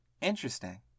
Interesting